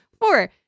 Four